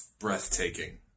breathtaking